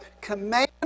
command